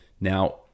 now